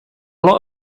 lot